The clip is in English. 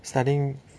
studying